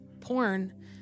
porn